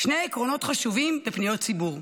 שני עקרונות חשובים בפניות ציבור: